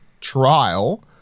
trial